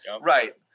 right